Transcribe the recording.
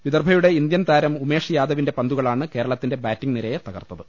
വിദർഭ യുടെ ഇന്ത്യൻ താരം ഉമേഷ് യാദവിന്റെ പന്തുകളാണ് കേരള ത്തിന്റെ ബാറ്റിംഗ് നിരയെ തകർത്തത്